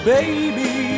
baby